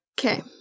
Okay